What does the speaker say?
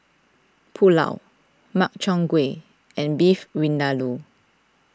Pulao Makchang Gui and Beef Vindaloo